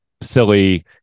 silly